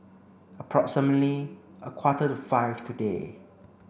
approximately a quarter to five today